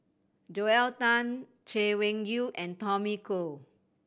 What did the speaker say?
Joel Tan Chay Weng Yew and Tommy Koh